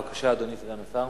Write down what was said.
בבקשה, אדוני סגן השר.